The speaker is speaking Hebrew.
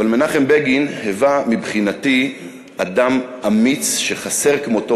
אבל מנחם בגין היווה מבחינתי אדם אמיץ שחסר כמותו